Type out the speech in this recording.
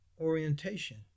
orientation